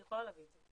אני יכולה להביא לך.